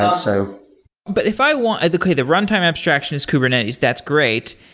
ah so but if i want okay, the runtime abstraction is kubernetes. that's great.